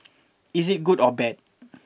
is it good or bad